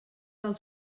del